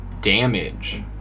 damage